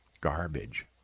garbage